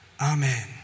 Amen